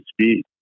speed